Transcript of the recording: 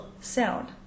sound